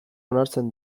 onartzen